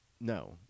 no